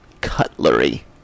cutlery